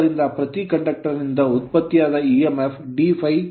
ಆದ್ದರಿಂದ ಪ್ರತಿ conductor ವಾಹಕಕ್ಕೆ ಉತ್ಪತ್ತಿಯಾದ EMF ಎಮ್ಎಫ್ d∅'dt